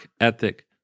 Ethic